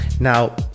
Now